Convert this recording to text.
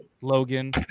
Logan